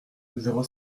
zéro